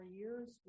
years